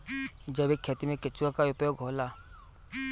जैविक खेती मे केचुआ का उपयोग होला?